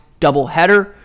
doubleheader